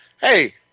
hey